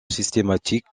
systématique